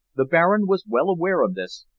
the baron was well aware of this,